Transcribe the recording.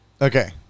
Okay